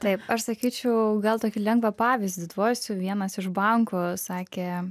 taip aš sakyčiau gal tokį lengvą pavyzdį duosiu vienas iš bankų sakė